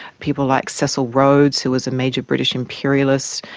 people like cecil rhodes, who was a major british imperialist,